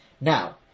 Now